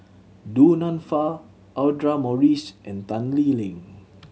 Du Nanfa Audra Morrice and Tan Lee Leng